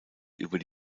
über